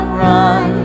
run